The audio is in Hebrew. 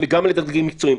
וגם על ידי הדרגים המקצועיים.